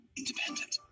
independent